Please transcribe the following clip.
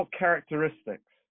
characteristics